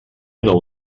una